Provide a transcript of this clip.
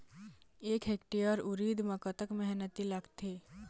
एक हेक्टेयर उरीद म कतक मेहनती लागथे?